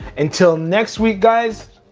until next week guys,